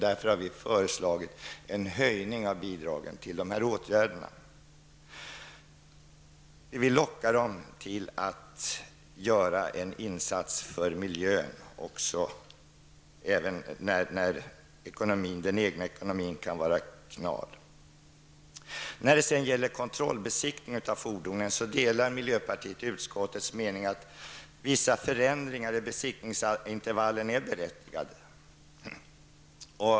Därför har vi föreslagit en höjning av bidragen till sådana åtgärder. Vi vill locka dem att göra en insats för miljön även när den egna ekonomin kan vara knal. När det gäller kontrollbesiktningen av fordon delar miljöpartiet utskottets mening att vissa förändringar i besiktningsintervallen är berättigade.